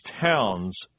towns